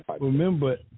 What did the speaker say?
remember